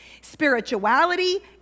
spirituality